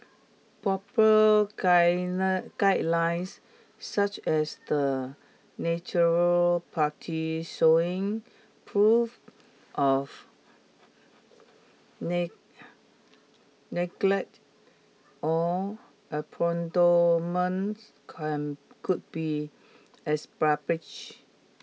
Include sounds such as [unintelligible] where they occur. proper [unintelligible] guidelines such as the natural party showing proof of [unintelligible] neglect or [unintelligible] can could be established